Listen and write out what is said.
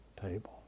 table